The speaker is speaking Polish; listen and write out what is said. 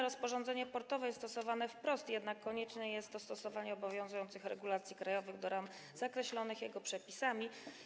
Rozporządzenie portowe jest stosowane wprost, jednak konieczne jest dostosowanie obowiązujących regulacji krajowych do ram zakreślonych jego przepisami.